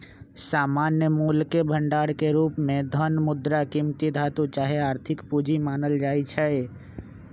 सामान्य मोलके भंडार के रूप में धन, मुद्रा, कीमती धातु चाहे आर्थिक पूजी मानल जाइ छै